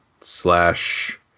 slash